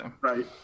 Right